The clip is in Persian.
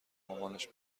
مامانش